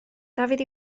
dafydd